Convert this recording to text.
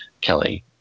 Kelly